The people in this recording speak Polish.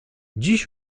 dziś